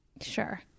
Sure